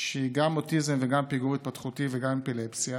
שהיא גם אוטיזם וגם פיגור התפתחותי וגם אפילפסיה,